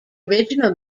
original